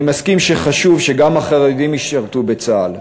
אני מסכים שחשוב שגם החרדים ישרתו בצה"ל.